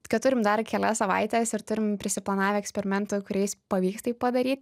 kad turim dar kelias savaites ir turim prisiplanavę eksperimentų kuriais pavyks tai padaryt